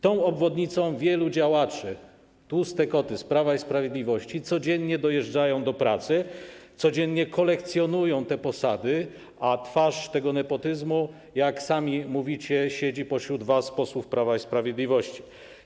Tą obwodnicą wielu działaczy - tłuste koty z Prawa i Sprawiedliwości - codziennie dojeżdża do pracy, codziennie kolekcjonuje te posady, a twarz tego nepotyzmu, jak sami mówicie, siedzi pośród was, posłów Prawa i Sprawiedliwości.